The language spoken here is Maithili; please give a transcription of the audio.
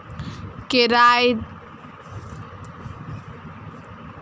केरातिन के सहायता से केश के तन्यता ताकत मे वृद्धि भ जाइत अछि